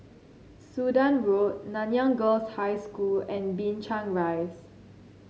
Sudan Road Nanyang Girls' High School and Binchang Rise